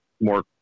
more